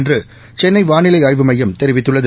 என்றுசென்னைவானிலை ஆய்வுமையம் தெரிவித்துள்ளது